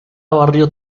barrio